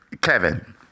Kevin